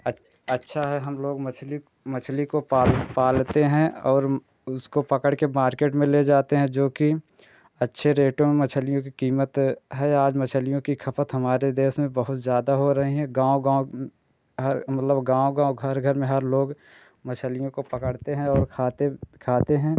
अ अच्छा है हम लोग मछली मछली को पा पालते हैं और उसको पकड़कर मार्केट में ले जाते हैं जो कि अच्छे रेटों में मच्छलियों की क़ीमत है आज मच्छलियों की खपत हमारे देश में बहुत ज़्यादा हो रही हैं गाँव गाँव हर मतलब मतलब गाँव गाँव घर घर में हर लोग मच्छलियों को पकड़ते हैं और खाते ब खाते हैं